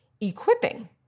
equipping